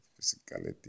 physicality